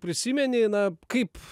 prisimeni na kaip